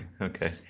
Okay